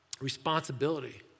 responsibility